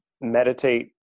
meditate